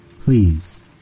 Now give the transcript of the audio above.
Please